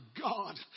God